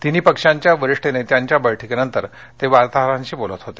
तिन्ही पक्षांच्या वरीष्ठ नेत्यांच्या बैठकीनंतर ते वार्ताहरांशी बोलत होते